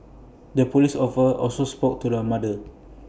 the Police offer also spoke to the mother